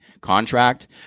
contract